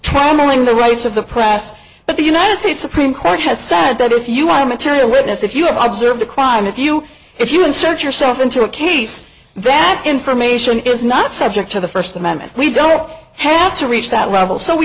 traveling the rights of the press but the united states supreme court has said that if you are a material witness if you have observed a crime if you if you insert yourself into a case that information is not subject to the first amendment we don't have to reach that level so we